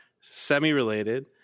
semi-related